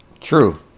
True